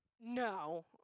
no